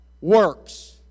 works